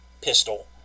pistol